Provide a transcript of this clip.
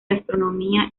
astronomía